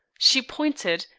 she pointed,